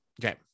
okay